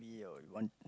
you'll want